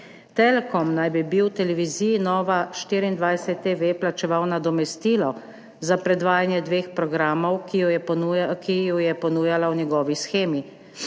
Telekom naj bi televiziji Nova24TV plačeval nadomestilo za predvajanje dveh programov, ki ju je ponujala v njegovi shemi.